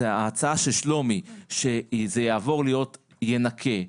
ההצעה של שלומי שזה יעבור להיות "ינכה",